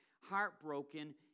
heartbroken